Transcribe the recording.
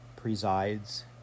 presides